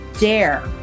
dare